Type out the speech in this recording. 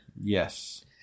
Yes